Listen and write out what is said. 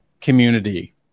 community